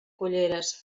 culleres